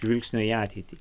žvilgsnio į ateitį